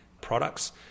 products